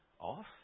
off